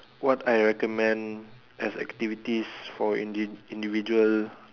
what I recommend as activities for individuals